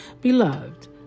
Beloved